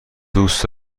دوست